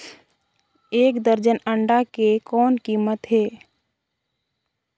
एक दर्जन अंडा के कौन कीमत हे?